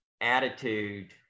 attitude